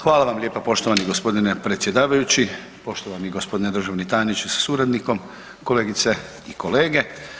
Hvala vam lijepa poštovani g. predsjedavajući, poštovani g. državni tajniče sa suradnikom, kolegice i kolege.